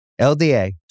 LDA